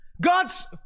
God's